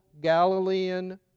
Galilean